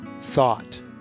thought